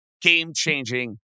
game-changing